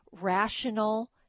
rational